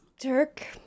Dirk